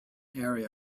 area